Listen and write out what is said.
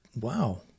wow